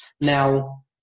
Now